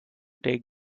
take